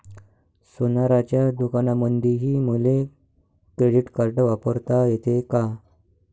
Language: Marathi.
सोनाराच्या दुकानामंधीही मले क्रेडिट कार्ड वापरता येते का?